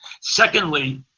Secondly